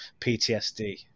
PTSD